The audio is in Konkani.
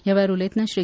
ह्या वेळार उलयताना श्री